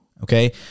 Okay